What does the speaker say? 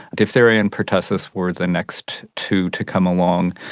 diphtheria and pertussis were the next two to come along.